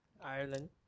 Ireland